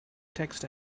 text